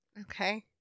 Okay